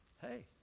Hey